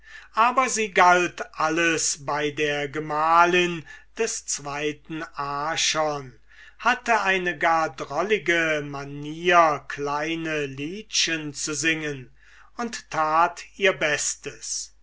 aber sie galt alles bei der gemahlin des zweiten archon hatte eine gar drollichte manier kleine liedchen zu singen und tat ihr bestes